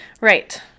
Right